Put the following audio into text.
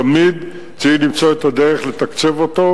תמיד צריך למצוא את הדרך לתקצב אותו,